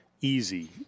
easy